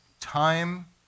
time